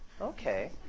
Okay